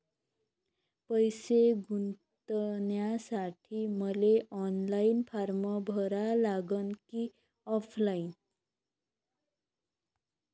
पैसे गुंतन्यासाठी मले ऑनलाईन फारम भरा लागन की ऑफलाईन?